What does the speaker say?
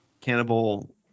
Cannibal